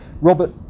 Robert